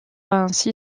ainsi